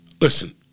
listen